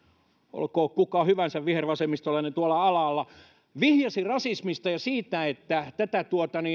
olkoon kuka hyvänsä vihervasemmistolainen tuolla alhaalla vihjasi rasismista ja siitä että tätä